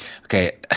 Okay